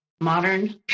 modern